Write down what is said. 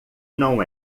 não